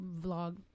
vlog